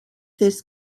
this